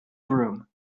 broom